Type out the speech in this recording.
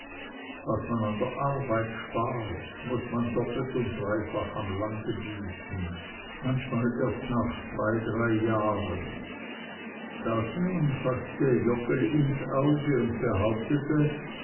was man an der arbeit spart muß man doppelt und dreifach am lande büßen manchmal alsbald manchmal erst nach zwei drei jahren das nun faßte joggeli ins auge und behauptete